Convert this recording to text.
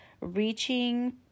reaching